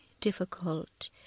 difficult